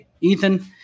Ethan